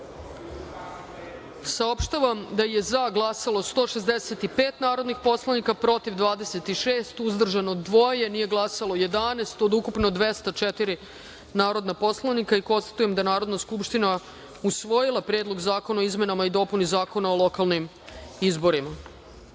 saopštavam: za je glasalo 165 narodnih poslanika, protiv – 26, uzdržano – dvoje, nije glasalo 11 od ukupno 204 narodna poslanika. Konstatujem da je Narodna skupština usvojila Predlog zakona i izmenama i dopuni Zakona o lokalnim izborima. Pošto